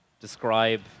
describe